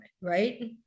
right